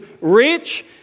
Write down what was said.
rich